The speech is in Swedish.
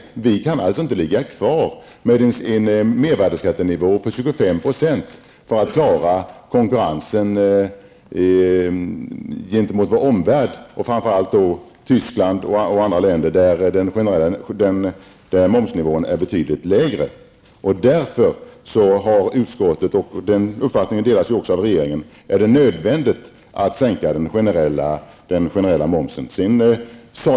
Vi kan alltså inte ha kvar en mervärdeskattenivå på 25 % och klara konkurrensen gentemot vår omvärld, framför allt Tyskland och andra EG-länder, där momsnivån är betydligt lägre. Därför har utskottet den uppfattningen -- och den delas av regeringen -- att det är nödvändigt att sänka den generella momsen.